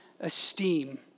esteem